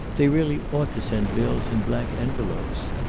they really ought to send bills in blank envelopes.